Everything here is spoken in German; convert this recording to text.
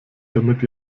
damit